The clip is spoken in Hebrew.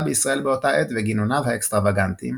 בישראל באותה עת וגינוניו האקסטרווגנטיים.